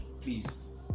please